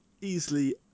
easily